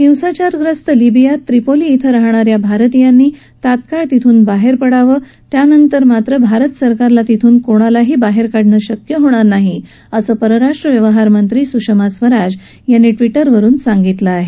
हिंसाचारग्रस्त लिबियात त्रिपोली इथं राहणाऱ्या भारतीयांनी तात्काळ तिथून बाहेर पडावं त्यांनतर मात्र भारत सरकारला तिथून कोणालाही बाहेर काढणं शक्य होणार नाही असं परराष्ट्र व्यवहार मंत्री सुषमा स्वराज यांनी ट्विटरवरून सांगितलं आहे